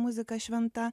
muzika šventa